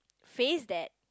face that